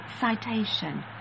Citation